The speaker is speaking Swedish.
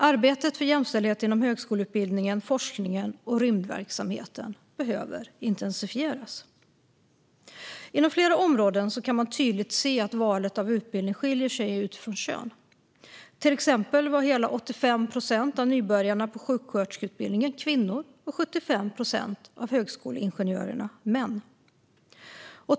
Arbetet för jämställdhet inom högskoleutbildningen, forskningen och rymdverksamheten behöver intensifieras. Inom flera områden kan man tydligt se att valet av utbildning skiljer sig utifrån kön. Exempelvis var hela 85 procent av nybörjarna på sjuksköterskeutbildningen kvinnor och 75 procent av högskoleingenjörerna män.